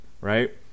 right